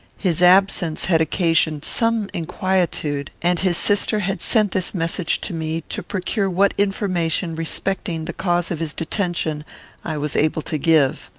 his absence had occasioned some inquietude, and his sister had sent this message to me, to procure what information respecting the cause of his detention i was able to give.